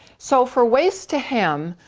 so for waist to hem,